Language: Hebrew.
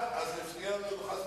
אבל בכיוון אחד וברור.